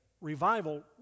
Revival